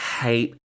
hate